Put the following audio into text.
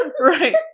Right